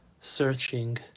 searching